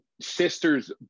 sister's